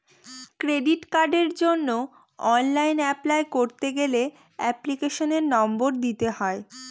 credit কার্ডের জন্য online apply করতে গেলে এপ্লিকেশনের নম্বর দিতে হয়